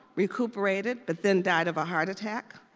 recuperated but then died of a heart attack.